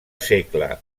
segle